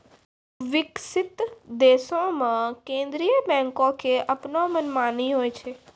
विकसित देशो मे केन्द्रीय बैंको के अपनो मनमानी होय छै